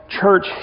church